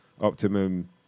optimum